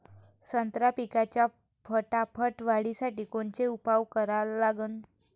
संत्रा पिकाच्या फटाफट वाढीसाठी कोनचे उपाव करा लागन?